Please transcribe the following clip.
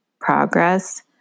progress